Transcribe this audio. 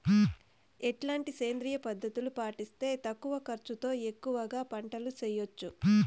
ఎట్లాంటి సేంద్రియ పద్ధతులు పాటిస్తే తక్కువ ఖర్చు తో ఎక్కువగా పంట చేయొచ్చు?